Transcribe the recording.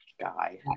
guy